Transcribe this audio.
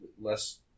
less